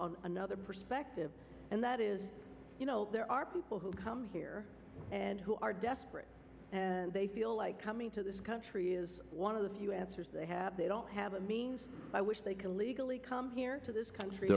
on another perspective and that is you know there are people who come here and who are desperate and they feel like coming to this country is one of the few answers they have they don't have a means by which they can legally come here to this country